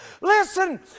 Listen